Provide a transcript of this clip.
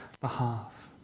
behalf